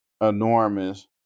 enormous